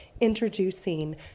introducing